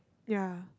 ya